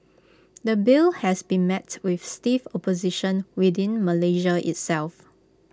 the bill has been met with stiff opposition within Malaysia itself